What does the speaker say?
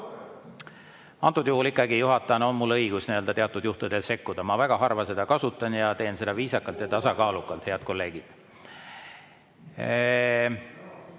Antud juhul ikkagi juhatajana on mul õigus teatud juhtudel sekkuda. Ma väga harva seda kasutan ja teen seda viisakalt ja tasakaalukalt, head kolleegid.